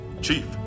chief